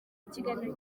ikiganiro